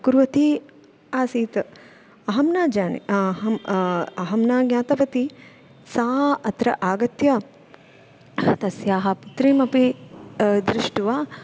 कुर्वती आसीत् अहं न जाने अहं अहं न ज्ञातवती सा अत्र आगत्य तस्याः पुत्रीमपि दृष्ट्वा